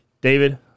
David